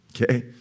okay